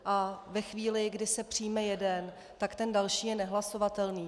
A ve chvíli, kdy se přijme jeden, tak ten další je nehlasovatelný.